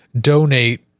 donate